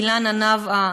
אילנה נבעה,